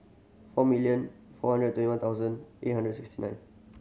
four million four hundred twenty one thousand eight hundred sixty nine